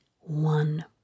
one